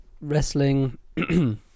wrestling